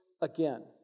again